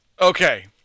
Okay